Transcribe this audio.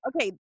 okay